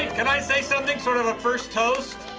can i say something sort of a first toast?